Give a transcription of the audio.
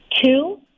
Two